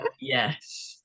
Yes